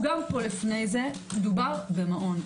מדובר במעון.